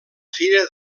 fira